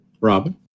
Robin